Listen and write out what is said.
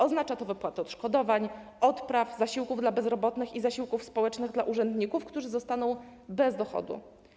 Oznacza to wypłatę odszkodowań, odpraw, zasiłków dla bezrobotnych i zasiłków społecznych dla urzędników, którzy zostaną bez dochodu.